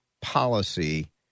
policy